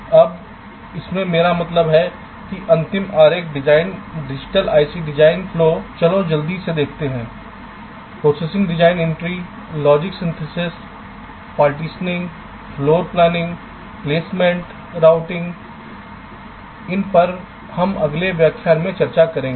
अब इसमें मेरा मतलब है कि अंतिम आरेख डिजाइन डिजिटल आईसी डिजाइन प्रवाह चलो जल्दी से देखते हैं processing design entry logic synthesis partitioning floor planning placement routing इन पर हम अगले व्याख्यान में चर्चा करेंगे